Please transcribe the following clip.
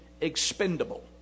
expendable